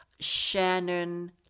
Shannon